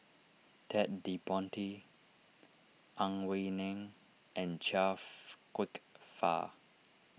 Ted De Ponti Ang Wei Neng and Chia Kwek Fah